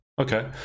Okay